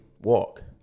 walk